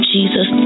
Jesus